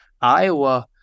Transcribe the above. Iowa